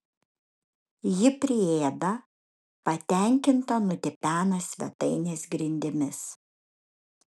ji priėda patenkinta nutipena svetainės grindimis